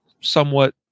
somewhat